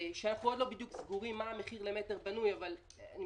שאנחנו עוד לא סגורים בדיוק מה המחיר למטר בנוי אבל אני